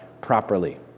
properly